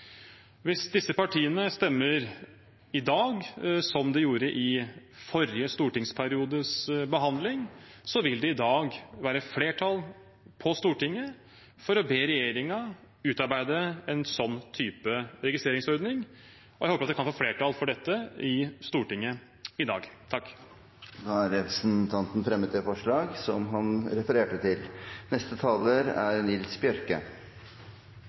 Hvis disse partiene i dag stemmer slik de gjorde ved forrige stortingsperiodes behandling, vil det i dag være flertall på Stortinget for å be regjeringen utarbeide en sånn type registreringsordning. Jeg håper dette kan få flertall i Stortinget i dag. Representanten Bjørnar Moxnes har tatt opp det forslaget han refererte til.